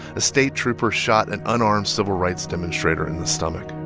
a state trooper shot an unarmed civil rights demonstrator in the stomach